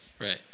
Right